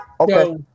Okay